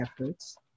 efforts